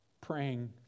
Praying